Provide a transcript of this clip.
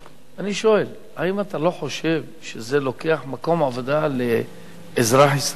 אני שואל: האם אתה לא חושב שזה לוקח מקום עבודה לאזרח ישראלי?